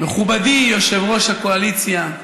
מכובדי יושב-ראש הקואליציה,